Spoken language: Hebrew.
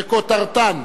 שכותרתה: